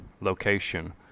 Location